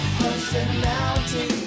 personality